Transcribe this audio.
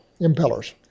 impellers